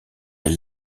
est